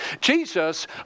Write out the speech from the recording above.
Jesus